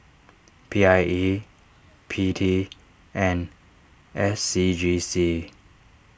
P I E P T and S C G C